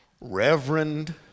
reverend